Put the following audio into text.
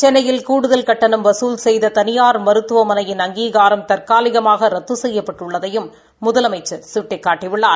சென்னையில் கூடுதல் கட்டணம் வசூல் கெய்த தனியாா் மருத்துவமனையின் அங்கீகாரம் தற்காலிகமாக ரத்து செய்யப்பட்டுள்ளதையும் முதலமைச்சர் சுட்டிக்காட்டியுள்ளார்